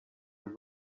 were